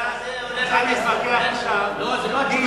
זה הולך על משחקי,